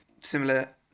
similar